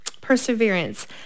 perseverance